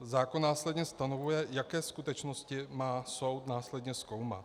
Zákon následně stanovuje, jaké skutečnosti má soud následně zkoumat.